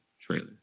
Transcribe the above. trailer